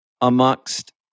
amongst